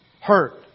Hurt